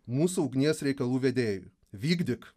mūsų ugnies reikalų vedėjui vykdyk